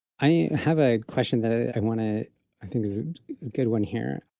i have a question that i want to, i think is a good one here.